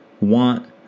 want